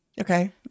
Okay